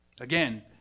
Again